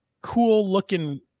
cool-looking